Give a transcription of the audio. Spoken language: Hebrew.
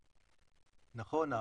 נכון,